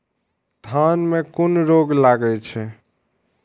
धान में कुन रोग लागे छै?